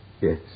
Yes